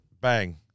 Bang